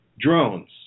drones